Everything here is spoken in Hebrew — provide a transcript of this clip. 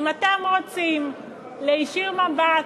אם אתם רוצים להישיר מבט